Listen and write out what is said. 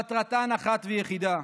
מטרתן אחת ויחידה: